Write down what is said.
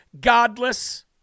godless